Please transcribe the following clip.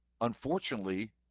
unfortunately